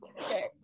okay